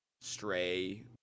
stray